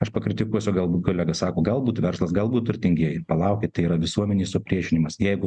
aš pakritikuosiu galbūt kolega sako galbūt verslas galbūt turtingieji palaukit tai yra visuomenės supriešinimas jeigu